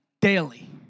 daily